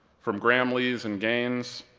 from graham-lees and gaines,